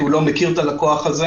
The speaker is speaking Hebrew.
כי הוא לא מכיר את הלקוח הזה,